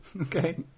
Okay